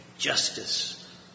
Justice